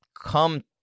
come